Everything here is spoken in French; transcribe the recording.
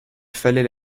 fallait